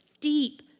deep